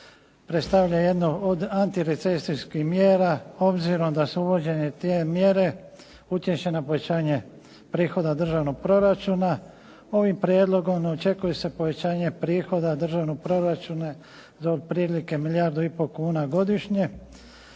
predstavlja jednu od antirecesijskih mjera obzirom da se uvođenjem tih mjera utječe na povećanje prihoda državnog proračuna. Ovim prijedlogom očekuje se prihoda državnog proračuna za otprilike milijardu i pol kuna godišnje.